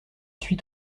suit